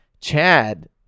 Chad